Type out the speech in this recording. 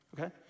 okay